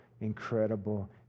incredible